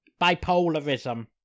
bipolarism